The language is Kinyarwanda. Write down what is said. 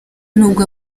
nubwo